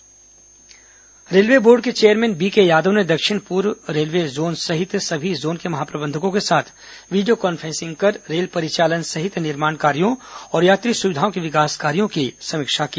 Bilaspur railway conference railway board के chairman BK Yadav ने दक्षिण पूर्व रेलवे जोन सहित सभी जोन के महाप्रबंधकों के साथ वीडियो कान्फ्रेंसिंग कर रेल परिचालन सहित निर्माण कार्यों और यात्री सुविधाओं के विकास कार्यो की समीक्षा की